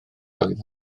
oedd